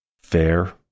fair